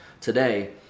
today